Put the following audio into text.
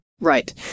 Right